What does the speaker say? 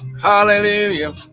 Hallelujah